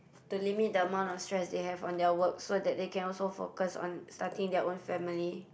to limit the amount of stress they have on their work so that they can also focus on starting their own family